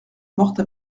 morte